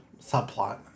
subplot